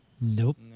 Nope